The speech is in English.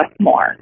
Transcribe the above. more